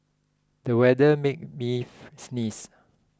the weather made me sneeze